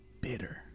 bitter